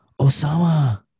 Osama